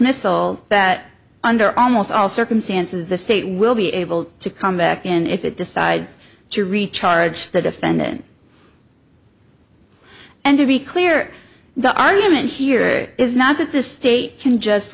dismissal that under almost all circumstances the state will be able to come back in if it decides to recharge the defendant and to be clear the argument here is not that the state can just